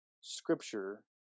scripture